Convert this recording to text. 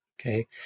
Okay